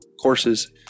courses